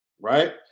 right